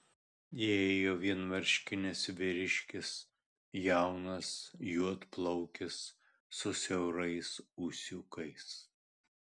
įėjo vienmarškinis vyriškis jaunas juodplaukis su siaurais ūsiukais